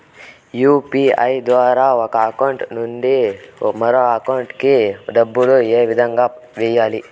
UPI ద్వారా ఒక account నుంచి మరొక అకౌంట్ కి డబ్బులు ఏ విధంగా వెయ్యాలి